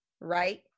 right